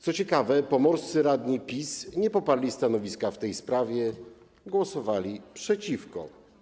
Co ciekawe, pomorscy radni PiS nie poparli stanowiska w tej sprawie - głosowali przeciwko.